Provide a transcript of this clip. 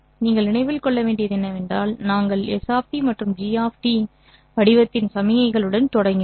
நீங்கள் நினைவில் கொள்ள வேண்டியது என்னவென்றால் நாங்கள் s மற்றும் g வடிவத்தின் சமிக்ஞைகளுடன் தொடங்கினோம்